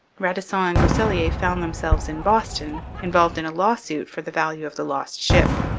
radisson and groseilliers found themselves in boston involved in a lawsuit for the value of the lost ship.